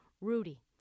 Rudy